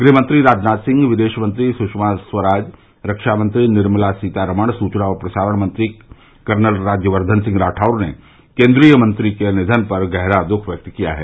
गृहमंत्री राजनाथ सिंह विदेशमंत्री सुषमा स्वराज रक्षामंत्री निर्मला सीतारमण सुवना और प्रसारण मंत्री कर्नल राज्यवर्वन सिंह राठौड़ ने केन्द्रीय मंत्री के निवन पर गहरा दृःख व्यक्त किया है